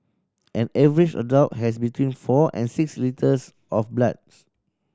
an average adult has between four and six litres of blood